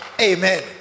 amen